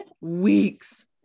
Weeks